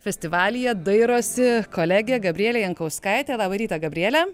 festivalyje dairosi kolegė gabrielė jankauskaitė labą rytą gabriele